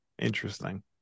Interesting